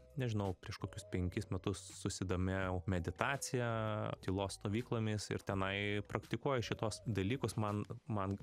nežinau prieš kokius penkis metus susidomėjau meditacija tylos stovyklomis ir tenai praktikuoju šituos dalykus man man